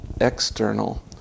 external